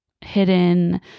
hidden